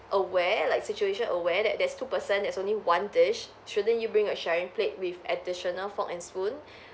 aware like situation aware that there's two person there's only one dish shouldn't you bring a sharing plate with additional fork and spoon